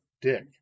dick